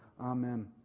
Amen